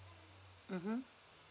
mmhmm